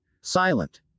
Silent